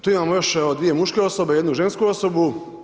Tu imamo još evo dvije muške osobe, jednu žensku osobu.